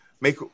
make